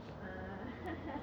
err